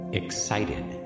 excited